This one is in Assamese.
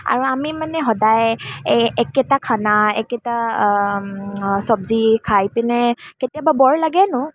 আৰু আমি মানে সদায় এই একেটা খানা একেটা চব্জি খাই পিনে কেতিয়াবা ব'ৰ লাগে ন'